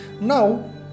Now